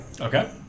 okay